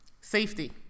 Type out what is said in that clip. Safety